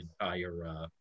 entire